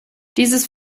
dieses